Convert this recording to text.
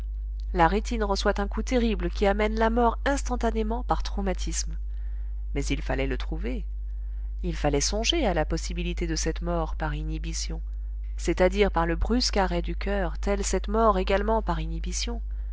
la rétine reçoit un coup terrible qui amène la mort instantanément par traumatisme mais il fallait le trouver il fallait songer à la possibilité de cette mort par inhibition c'est-à-dire par le brusque arrêt du coeur telle cette mort également par